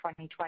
2020